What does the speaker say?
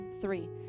three